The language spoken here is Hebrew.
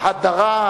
ההדרה,